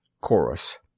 Chorus